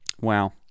Wow